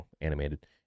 animated